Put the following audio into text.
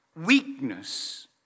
Weakness